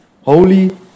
holy